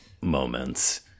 moments